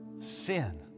sin